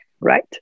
right